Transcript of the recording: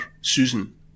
Susan